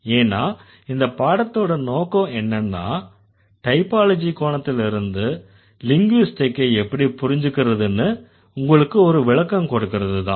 ஏன்னா இந்த பாடத்தோட நோக்கம் என்னன்னா டைப்பாலஜி கோணத்துல இருந்து லிங்விஸ்டிக்கை எப்படி புரிஞ்சுக்கறதுன்னு உங்களுக்கு ஒரு விளக்கம் கொடுக்கறதுதான்